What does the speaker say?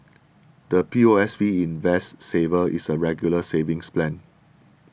the P O S B Invest Saver is a Regular Savings Plan